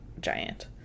giant